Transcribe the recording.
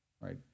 Right